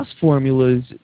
formulas